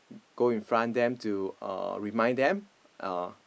go in front them to uh remind them uh